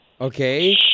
Okay